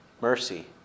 mercy